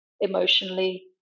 emotionally